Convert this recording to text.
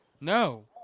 No